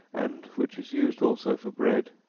and which is used also for bread.